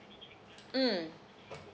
mm